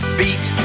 beat